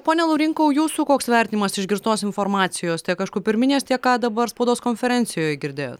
pone laurinkau jūsų koks vertinimas išgirstos informacijos tiek aišku pirminės tiek ką dabar spaudos konferencijoje girdėjot